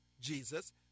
Jesus